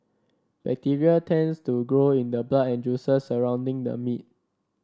bacteria tends to grow in the blood and juices surrounding the meat